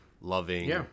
loving